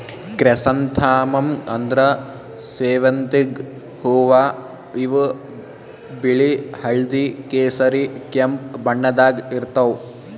chrysanthemum ಅಂದ್ರ ಸೇವಂತಿಗ್ ಹೂವಾ ಇವ್ ಬಿಳಿ ಹಳ್ದಿ ಕೇಸರಿ ಕೆಂಪ್ ಬಣ್ಣದಾಗ್ ಇರ್ತವ್